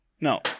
No